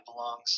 belongs